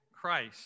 Christ